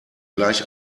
gleich